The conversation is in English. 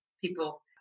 people